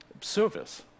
service